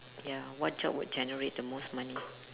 ya what job would generate the most money